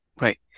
Right